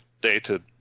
dated